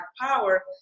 power